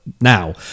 now